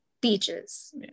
Beaches